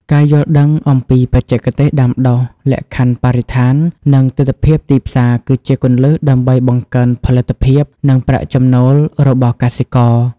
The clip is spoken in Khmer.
ការយល់ដឹងអំពីបច្ចេកទេសដាំដុះ លក្ខខណ្ឌបរិស្ថាន និងទិដ្ឋភាពទីផ្សារ គឺជាគន្លឹះដើម្បីបង្កើនផលិតភាព និងប្រាក់ចំណូលរបស់កសិករ។